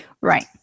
Right